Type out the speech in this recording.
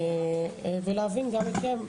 ולהבין גם אתכם: